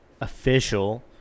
official